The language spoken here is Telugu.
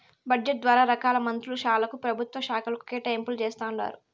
బడ్జెట్ ద్వారా రకాల మంత్రుల శాలకు, పెభుత్వ శాకలకు కేటాయింపులు జేస్తండారు